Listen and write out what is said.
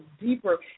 deeper